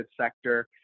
sector